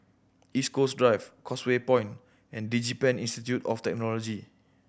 East Coast Drive Causeway Point and DigiPen Institute of Technology